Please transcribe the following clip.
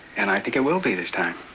and i think it will be this time.